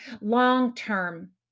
long-term